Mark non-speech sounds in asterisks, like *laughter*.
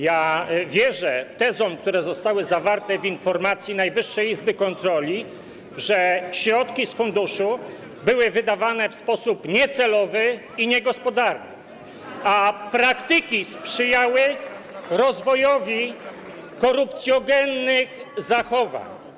Ja wierzę tezom, które zostały zawarte w informacji Najwyższej Izby Kontroli, że środki z funduszu były wydawane w sposób niecelowy i niegospodarny, *applause* a praktyki sprzyjały rozwojowi korupcjogennych zachowań.